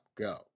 Go